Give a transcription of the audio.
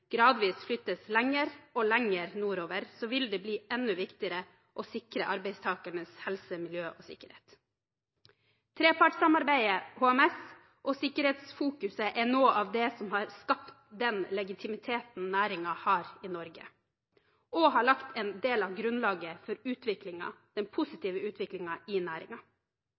lenger nordover, vil det bli enda viktigere å sikre arbeidstakernes helse, miljø og sikkerhet. Trepartssamarbeidet, HMS og sikkerhetsfokuset er noe av det som har skapt den legitimiteten næringen har i Norge, og har lagt en del av grunnlaget for den positive utviklingen i